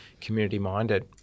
community-minded